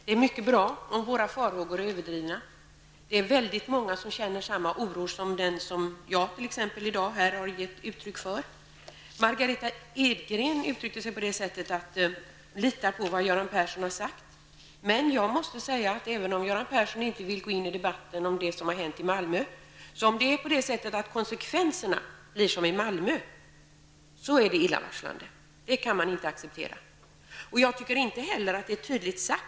Fru talman! Det är mycket bra om våra farhågor är överdrivna. Men det är väldigt många som känner sådan oro som jag här i dag har gett uttryck för. Margitta Edgren uttryckte sig så här: Lita på vad Göran Persson har sagt. Även om Göran Persson inte vill gå in i en debatt om det som har hänt i Malmö, måste jag säga att om konsekvenserna blir sådana som i Malmö är det illavarslande. Sådant kan vi inte acceptera. Jag tycker inte heller att svaret är tydligt.